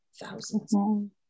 thousands